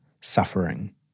suffering